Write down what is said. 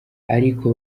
ariko